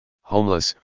Homeless